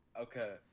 Okay